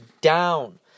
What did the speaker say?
down